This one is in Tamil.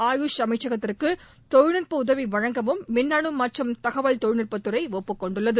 ஆயுஷ் அமைச்சகத்திற்கு தொழில்நுட்ப உதவி வழங்கவும் மின்னனு மற்றும் தகவல் தொழில்நுட்பத்துறை ஒப்புக் கொண்டுள்ளது